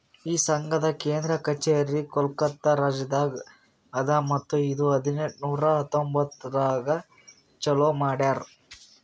ಈ ಸಂಘದ್ ಕೇಂದ್ರ ಕಚೇರಿ ಕೋಲ್ಕತಾ ರಾಜ್ಯದಾಗ್ ಅದಾ ಮತ್ತ ಇದು ಹದಿನೆಂಟು ನೂರಾ ಎಂಬತ್ತೊಂದರಾಗ್ ಚಾಲೂ ಮಾಡ್ಯಾರ್